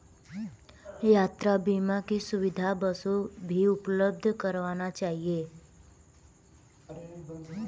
यात्रा बीमा की सुविधा बसों भी उपलब्ध करवाना चहिये